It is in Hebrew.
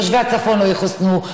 תושבי הצפון לא יחוסנו,